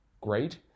Great